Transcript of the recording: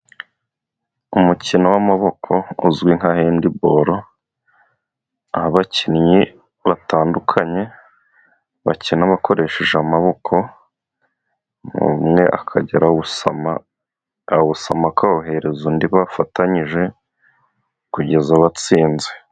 Umukino w'amaboko uzwi nka hendiboro, aho abakinnyi batandukanye bakina bakoresheje amaboko, umuntu umwe akajya arawusama, yawusama akawuhereza undi bafatanyije, kugeza batsinze.